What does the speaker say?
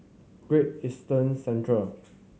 Great Eastern Centre